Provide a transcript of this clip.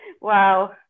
Wow